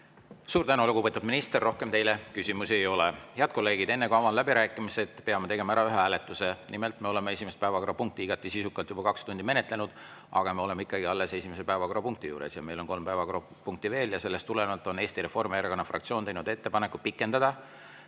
Suur tänu, lugupeetud minister! Rohkem teile küsimusi ei ole. Head kolleegid, enne kui avan läbirääkimised, peame tegema ära ühe hääletuse. Nimelt, me oleme esimest päevakorrapunkti igati sisukalt juba kaks tundi menetlenud, aga me oleme ikkagi alles esimese päevakorrapunkti juures ja meil on kolm päevakorrapunkti veel. Sellest tulenevalt on Eesti Reformierakonna fraktsioon teinud ettepaneku pikendada